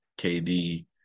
KD